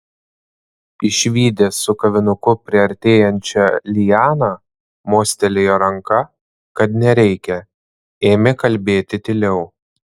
išvydęs su kavinuku priartėjančią lianą mostelėjo ranka kad nereikia ėmė kalbėti tyliau